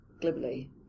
glibly